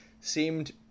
seemed